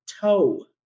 toe